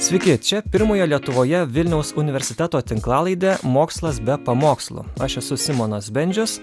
sveiki čia pirmojo lietuvoje vilniaus universiteto tinklalaidė mokslas be pamokslų aš esu simonas bendžius